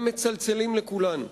הם מצלצלים לכולנו.